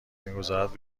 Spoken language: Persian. میگذارد